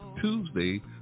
Tuesday